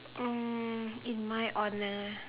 um in my honour